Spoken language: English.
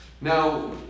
Now